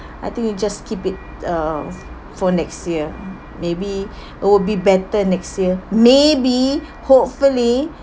I think you just keep it uh for next year maybe it will be better next year maybe hopefully